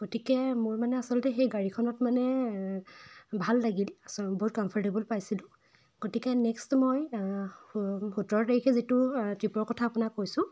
গতিকে মোৰ মানে আচলতে সেই গাড়ীখনত মানে ভাল লাগিল আচলতে বহুত কম্ফৰ্টেবল পাইছিলোঁ গতিকে নেক্সটো মই সোতৰ তাৰিখে যিটো ট্ৰিপৰ কথা আপোনাক কৈছোঁ